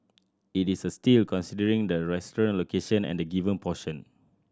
it is a steal considering the restaurant location and the given portion